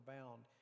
Bound